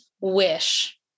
wish